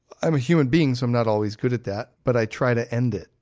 i'm a human being, so um not always good at that. but i try to end it,